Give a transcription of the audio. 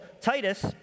Titus